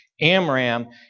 Amram